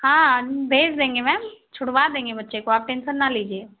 हाँ आज हम भेज देंगे मेम छुड़वा देंगे बच्चे को आप टेंशन ना लीजिये